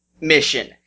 mission